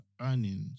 earnings